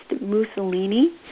Mussolini